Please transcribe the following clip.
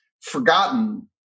forgotten